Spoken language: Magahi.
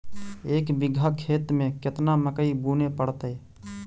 एक बिघा खेत में केतना मकई बुने पड़तै?